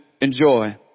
enjoy